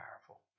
powerful